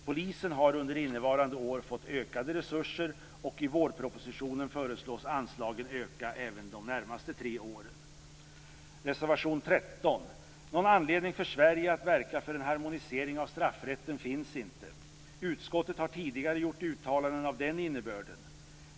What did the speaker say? Polisen har under innevarande år fått ökade resurser, och i vårpropositionen föreslås anslagen öka även de närmaste tre åren. Reservation 13: Någon anledning för Sverige att verka för en harmonisering av straffrätten finns inte. Utskottet har tidigare gjort uttalanden med den innebörden.